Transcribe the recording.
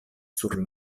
sur